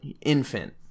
infant